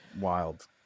Wild